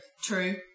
True